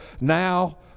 now